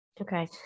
Okay